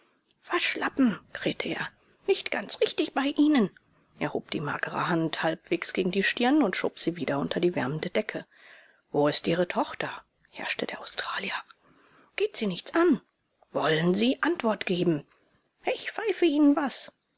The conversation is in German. waschlappen krähte er nicht ganz richtig bei ihnen er hob die magere hand halbwegs gegen die stirn und schob sie wieder unter die wärmende decke wo ist ihre tochter herrschte der australier geht sie nichts an wollen sie antwort geben ich pfeife ihnen was